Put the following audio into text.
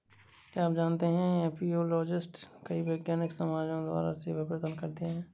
क्या आप जानते है एपियोलॉजिस्ट कई वैज्ञानिक समाजों द्वारा सेवा प्रदान करते हैं?